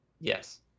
Yes